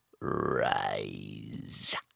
rise